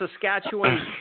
Saskatchewan